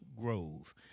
Grove